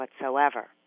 whatsoever